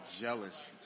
jealous